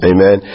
Amen